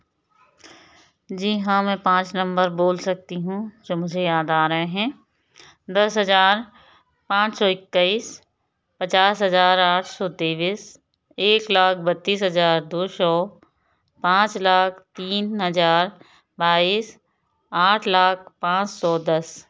जी हाँ मैं पाँच नम्बर बोल सकती हूँ जो मुझे याद आ रहे हैं दस हजार पाँच सौ इकतीस पचास हजार आठ सौ तेईस एक लाख बत्तीस हजार दो सौ पाँच लाख तीन हजार बाईस आठ लाख पाँच सौ दस